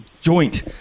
joint